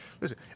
Listen